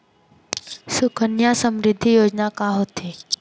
सुकन्या समृद्धि योजना का होथे